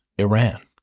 Iran